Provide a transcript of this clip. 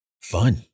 fun